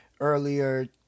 earlier